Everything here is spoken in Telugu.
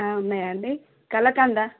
ఉన్నయా అండి కలకండ